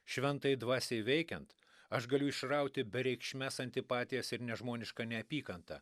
šventajai dvasiai veikiant aš galiu išrauti bereikšmes antipatijas ir nežmonišką neapykantą